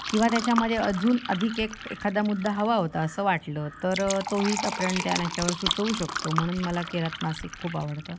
किंवा त्याच्यामध्ये अजून अधिक एक एखादा मुद्दा हवा होता असं वाटलं तर तोही आपण त्यांना याच्यावर सुचवू शकतो म्हणून मला किरात मासिक खूप आवडतं